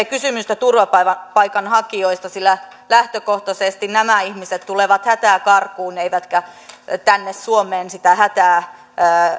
kysymystä turvapaikanhakijoista sillä lähtökohtaisesti nämä ihmiset tulevat hätää karkuun eivätkä tänne suomeen sitä hätää